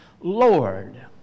Lord